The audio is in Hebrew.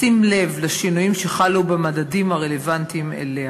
בשים לב לשינויים שחלו במדדים הרלוונטיים אליה.